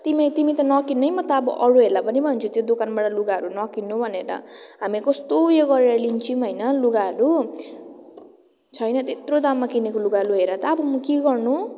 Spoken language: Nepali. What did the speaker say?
तिमी तिमी त नकिन्नु है म त अब अरूहरूलाई पनि भन्छु त्यो दोकानबाट लुगाहरू नकिन्नु भनेर हामी कस्तो उयो गरेर लिन्छौँ होइन लुगाहरू छैन त्यत्रो दाममा किनेको लुगा लु हेर त अब म के गर्नु